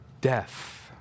death